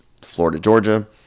Florida-Georgia